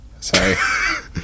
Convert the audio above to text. sorry